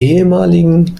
ehemaligen